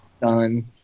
Done